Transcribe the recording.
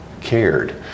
cared